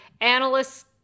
analysts